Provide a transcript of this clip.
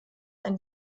ein